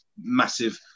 massive